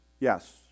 Yes